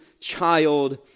child